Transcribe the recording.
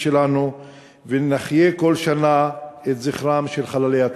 שלנו ונחיה כל שנה את זכרם של חללי הטבח.